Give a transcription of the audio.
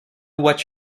what